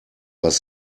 was